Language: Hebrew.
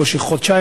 בקושי חודשיים,